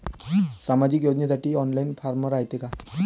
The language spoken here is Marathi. सामाजिक योजनेसाठी ऑनलाईन फारम रायते का?